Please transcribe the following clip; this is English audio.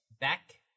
Back